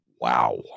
wow